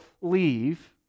leave